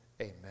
Amen